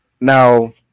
Now